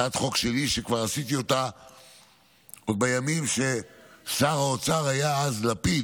הצעת חוק שלי שכבר עשיתי בימים ששר האוצר היה לפיד,